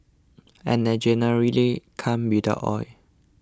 and they generally come without oil